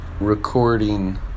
Recording